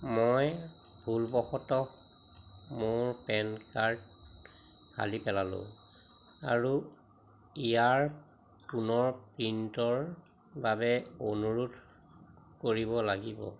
মই ভুলবশতঃ মোৰ পেন কাৰ্ড ফালি পেলালোঁ আৰু ইয়াৰ পুনৰ প্ৰিণ্টৰ বাবে অনুৰোধ কৰিব লাগিব